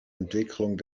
entwicklung